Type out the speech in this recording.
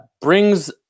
brings